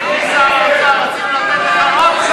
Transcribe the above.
ההסתייגויות לסעיף 05,